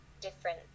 different